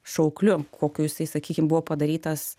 šaukliu kokiu jisai sakykim buvo padarytas